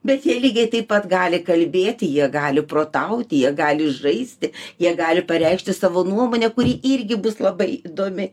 bet jie lygiai taip pat gali kalbėti jie gali protauti jie gali žaisti jie gali pareikšti savo nuomonę kuri irgi bus labai įdomi